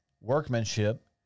workmanship